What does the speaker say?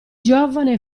giovane